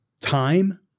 time